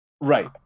Right